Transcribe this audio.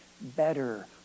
better